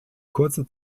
kurze